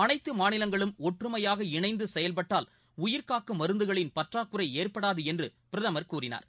அனைத்து மாநிலங்களும் ஒற்றுமையாக இணைந்து செயல்பட்டால் உயிர்காக்கும் மருந்துகளின் பற்றாக்குறை ஏற்படாது என்று பிரதமர் கூறினார்